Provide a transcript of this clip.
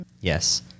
Yes